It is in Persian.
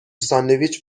ساندویچ